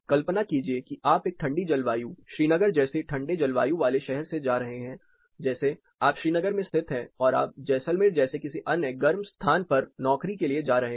कल्पना कीजिए कि आप एक ठंडी जलवायु श्रीनगर जैसे ठंडे जलवायु वाले शहर से जा रहे हैं जैसे आप श्रीनगर में स्थित थे और आप जैसलमेर जैसे किसी अन्य गर्म स्थान पर नौकरी के लिए जा रहे हैं